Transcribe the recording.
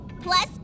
Plus